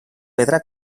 pedra